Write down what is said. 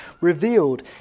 revealed